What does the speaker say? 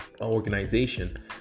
organization